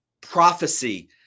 prophecy